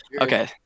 Okay